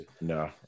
No